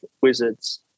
Wizards